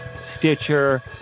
Stitcher